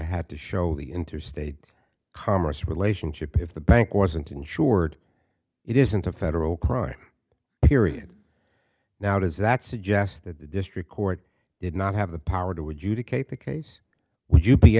had to show the interstate commerce relationship if the bank wasn't insured it isn't a federal crime period now does that suggest that the district court did not have the power to would you